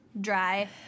Dry